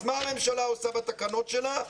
אז מה עושה הממשלה בתקנות האלה?